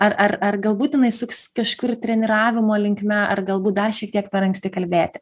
ar ar ar galbūt jinai suksis kažkur treniravimo linkme ar galbūt dar šiek tiek per anksti kalbėti